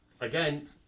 Again